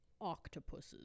octopuses